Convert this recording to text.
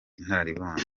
inararibonye